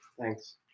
Thanks